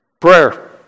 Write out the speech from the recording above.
Prayer